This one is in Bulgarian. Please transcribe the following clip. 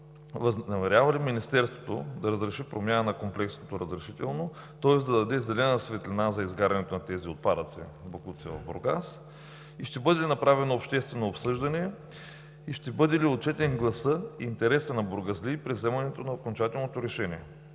Възнамерява ли Министерството да разреши промяна на комплексното разрешително, тоест да даде зелена светлина за изгарянето на тези отпадъци, боклуци в Бургас? Ще бъде ли направено обществено обсъждане и ще бъде ли отчетен гласът и интересът на бургазлии при вземането на окончателното решение?